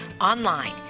online